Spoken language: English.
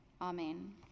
Amen